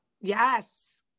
Yes